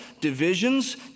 divisions